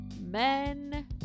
men